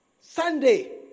Sunday